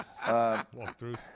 Walkthroughs